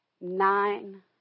nine